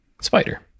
Spider